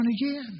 again